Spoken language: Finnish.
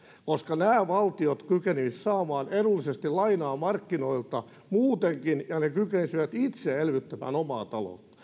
koska nämä valtiot kykenisivät saamaan edullisesti lainaa markkinoilta muutenkin ja ne kykenisivät itse elvyttämään omaa talouttaan